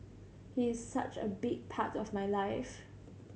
he is such a big part of my life